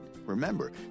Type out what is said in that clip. remember